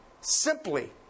simply